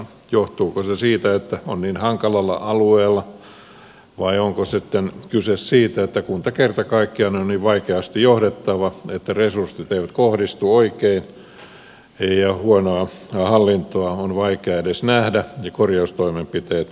johtuuko se siitä että on niin hankalalla alueella vai onko sitten kyse siitä että kunta kerta kaikkiaan on niin vaikeasti johdettava että resurssit eivät kohdistu oikein ja huonoa hallintoa on vaikea edes nähdä ja korjaustoimenpiteet viipyvät